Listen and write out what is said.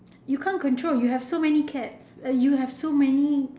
you can't control you have so many cats you have so many